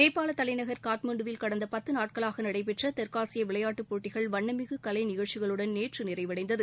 நேபாள தலைநகர் காத்மண்டுவில் கடந்த பத்து நாட்களாக நடைபெற்ற தெற்காசிய விளையாட்டுப் போட்டிகள் வண்ணமிகு கலை நிகழ்ச்சிகளுடன் நேற்று நிறைவடைந்தது